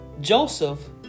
Joseph